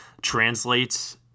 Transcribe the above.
translates